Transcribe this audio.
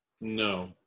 No